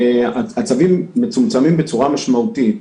הצווים מצומצמים בצורה משמעותית.